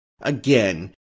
again